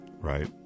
right